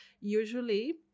usually